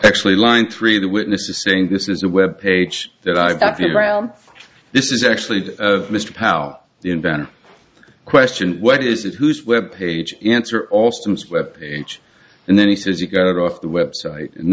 actually line three the witnesses saying this is a web page that i've been around this is actually mr pal the inventor question what is it who's web page you answer alston's web page and then he says you got it off the website and